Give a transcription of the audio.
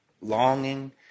Longing